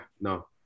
no